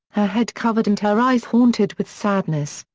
her head covered and her eyes haunted with sadness,